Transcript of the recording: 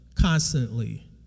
constantly